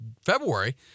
February